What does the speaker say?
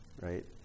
right